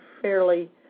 fairly